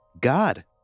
God